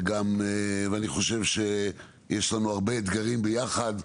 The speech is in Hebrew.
אני חושב שיש לנו הרבה אתגרים ביחד,